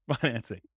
financing